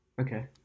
Okay